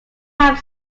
have